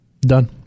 Done